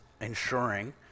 ensuring